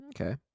okay